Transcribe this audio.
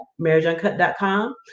marriageuncut.com